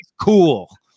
cool